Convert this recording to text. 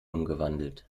umgewandelt